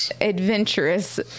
adventurous